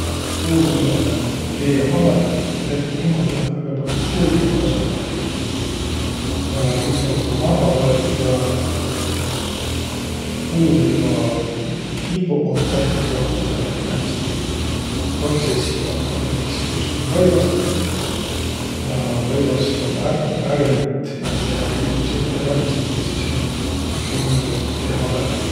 Puuvillanõ T-hamõq um tett niimudu, et kõgõpäält um puuvill kasvatõt. Ja sis um tuu maaha võet ja sis ummaq nuuq puuvullakivvuq ummaq kätte saaduq säält määntsegi protsessigaq. Ja sis tuust um rõivas tett ja rõivas um ärq värmit ja jummal tiid, kuis ettevalmistõt. Ja sis um tuust ummõld T-hamõq.